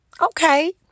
Okay